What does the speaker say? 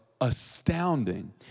astounding